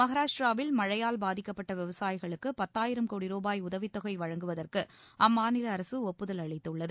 மகாராஷ்ட்ராவில் மழையால் பாதிக்கப்பட்ட விவசாயிகளுக்கு பத்தாயிரம் கோடி ரூபாய் உதவித்தொகை வழங்குவதற்கு அம்மாநில அரசு ஒப்புதல் அளித்துள்ளது